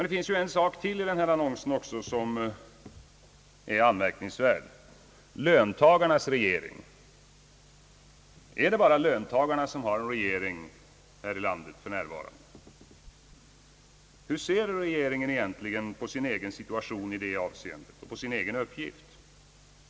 Det finns en sak till i denna annons som är anmärkningsvärd, »löntagarnas» regering. Är det bara löntagarna som har en regering här i landet för närvarande? Hur ser regeringen egentligen på sin egen situation i detta avseende, på sin egen uppgift?